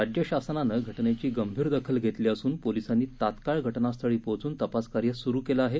राज्य शासनानं घटनेची गंभीर दखल घेतली असून पोलिसांनी तात्काळ घटनास्थळी पोहचून तपासकार्य सुरु केलं आहे